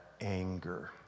anger